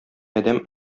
адәм